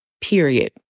period